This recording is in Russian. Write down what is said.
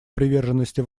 приверженности